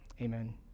Amen